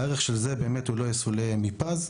והערך של זה לא יסולא מפז.